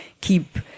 keep